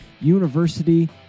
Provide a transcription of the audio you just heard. University